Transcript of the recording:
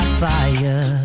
fire